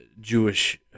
Jewish